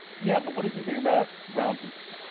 yeah but what does he think about brown people?